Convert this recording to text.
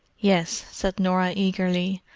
yes, said norah eagerly.